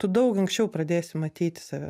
tu daug anksčiau pradėsi matyti save